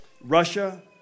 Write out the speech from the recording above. Russia